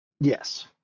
Yes